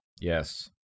Yes